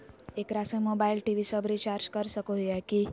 एकरा से mobile TV सब रिचार्ज कर सको हियै की?